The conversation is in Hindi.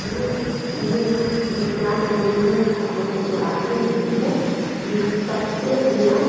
यह यह विज्ञान इंजिनरिंग छात्रों को जो राशि मिलती है यह सप्त निया